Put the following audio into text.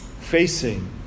facing